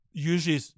usually